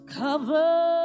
cover